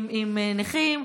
עם נכים,